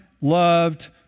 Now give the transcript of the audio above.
loved